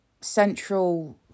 central